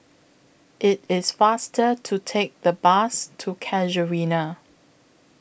IT IS faster to Take The Bus to Casuarina